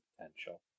potential